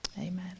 amen